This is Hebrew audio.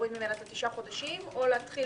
ולהוריד ממנה תשעה חודשים או להתחיל